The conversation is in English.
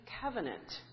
covenant